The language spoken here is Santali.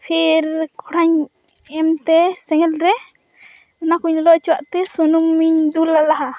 ᱯᱷᱤᱨ ᱠᱚᱲᱦᱟᱧ ᱮᱢᱛᱮ ᱥᱮᱸᱜᱮᱞᱨᱮ ᱚᱱᱟᱠᱚᱧ ᱞᱚᱞᱚ ᱚᱪᱚᱣᱟᱫᱛᱮ ᱥᱩᱱᱩᱢᱤᱧ ᱫᱩᱞᱟ ᱞᱟᱦᱟ